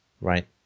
right